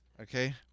okay